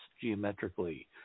geometrically